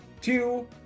two